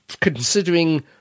considering